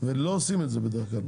ולא עושים את זה בדרך כלל.